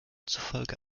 zufolge